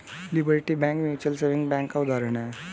liberty bank mutual saving bank का उदाहरण है